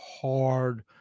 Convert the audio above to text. hard